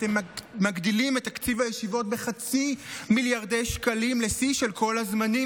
כשאתם מגדילים את תקציב הישיבות ב-0.5 מיליארד שקלים לשיא של כל הזמנים?